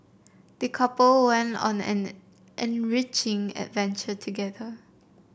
the couple went on an enriching adventure together